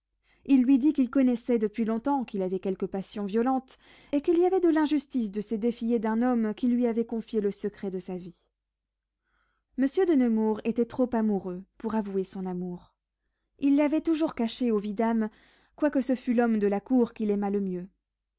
il lui dit qu'il connaissait depuis longtemps qu'il avait quelque passion violente et qu'il y avait de l'injustice de se défier d'un homme qui lui avait confié le secret de sa vie monsieur de nemours était trop amoureux pour avouer son amour il l'avait toujours caché au vidame quoique ce fût l'homme de la cour qu'il aimât le mieux